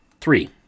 Three